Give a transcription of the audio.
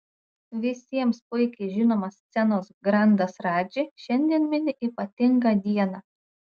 visiems puikiai žinomas scenos grandas radži šiandien mini ypatingą dieną